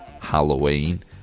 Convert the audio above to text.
Halloween